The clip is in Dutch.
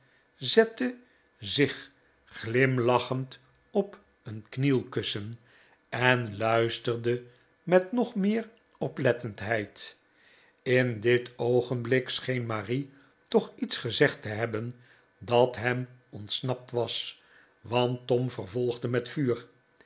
zette zich glimlachend op een knielkussen en luisterde met nog meer oplettendheid in dit oogehblik scheen marie toch iets gezegd te hebben dat hem ontsnapt was want tom vervolgde met vuur